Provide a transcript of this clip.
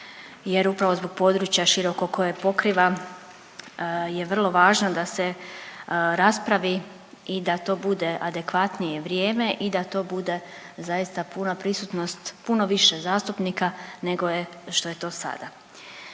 Jer upravo zbog područja širokog koje pokrivam je vrlo važno da se raspravi i da to bude adekvatnije vrijeme i da to bude zaista puna prisutnosti, puno više zastupnika nego je, što je to sada.